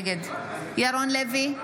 נגד ירון לוי,